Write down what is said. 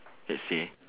let's say